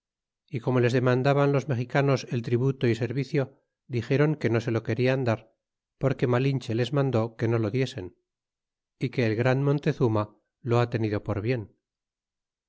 y como les demandaban los mexicanos el tributo y servicio dixeron que no se lo querian dar porque malin che les mandó que no lo diesen y que el gran montezuma lo ha tenido por bien